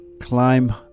climb